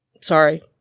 Sorry